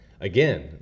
again